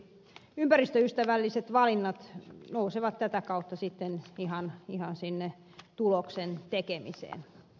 ympäristöystävälliset valinnat nousevat tätä kautta sitten ihan sinne tuloksen tekemiseen